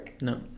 No